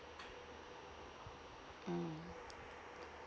mm